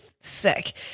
sick